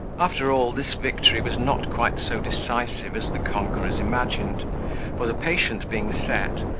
after all, this victory was not quite so decisive as the conquerors imagined for the patient being set,